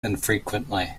infrequently